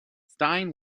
stein